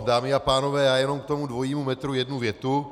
Dámy a pánové, já jenom k tomu dvojímu metru jednu větu.